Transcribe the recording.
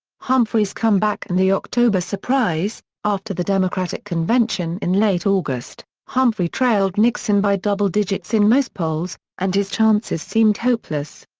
humphrey's comeback and the october surprise after the democratic convention in late august, humphrey trailed nixon by double-digits in most polls, and his chances seemed hopeless.